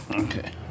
Okay